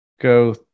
go